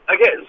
Okay